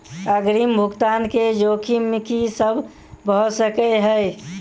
अग्रिम भुगतान केँ जोखिम की सब भऽ सकै हय?